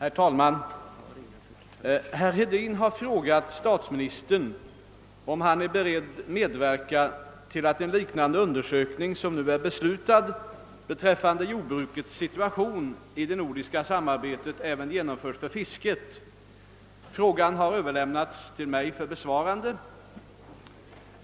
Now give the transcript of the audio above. Herr talman! Herr Hedin har frågat statsministern om han är beredd medverka till att en liknande undersökning som nu är beslutad beträffande jordbrukets situation i det nordiska samarbetet även genomförs för fisket. Frågan har överlämnats till mig för besvarande.